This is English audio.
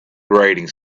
grating